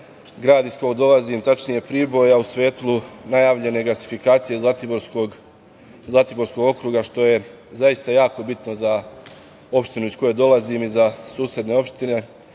grad iz kog dolazim, tačnije Priboj, a u svetlu najavljene gasifikacije Zlatiborskog okruga, što je zaista jako bitno za opštinu iz koje dolazim i za susedne opštine